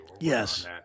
Yes